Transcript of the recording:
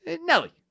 Nelly